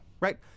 Right